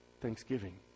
Thanksgiving